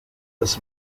das